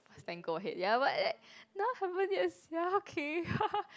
stand go ahead ya but that now haven't yet sia okay